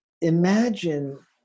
imagine